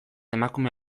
emakume